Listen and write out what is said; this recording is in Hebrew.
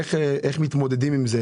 איך מתמודדים עם זה?